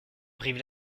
brive